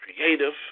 creative